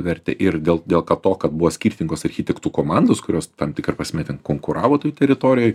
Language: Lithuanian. vertę ir dėl dėl ka to kad buvo skirtingos architektų komandos kurios tam tikra prasme ten konkuravo toj teritorijoj